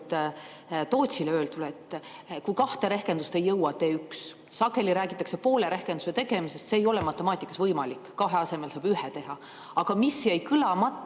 Tootsile: kui kahte rehkendust ei jõua, tee üks. Sageli räägitakse poole rehkenduse tegemisest, see ei ole matemaatikas võimalik, kahe asemel saab ühe teha. Aga jäi kõlamata